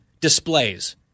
displays